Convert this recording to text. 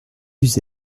eus